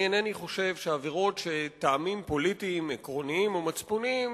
אני אינני חושב שעבירות שטעמיהן פוליטיים עקרוניים או מצפוניים